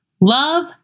love